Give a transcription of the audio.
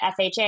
FHA